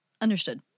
Understood